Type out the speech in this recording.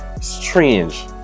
strange